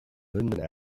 linden